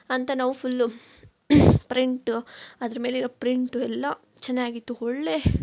ಅಂತ ನಾವು full print ಅದ್ರ ಮೇಲಿರೋ ಪ್ರಿಂಟು ಎಲ್ಲ ಚೆನ್ನಾಗಿತ್ತು ಒಳ್ಳೆ